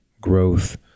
growth